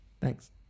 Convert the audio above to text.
Thanks